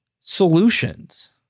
solutions